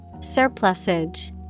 Surplusage